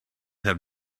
have